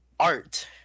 Art